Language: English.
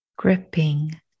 Gripping